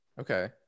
Okay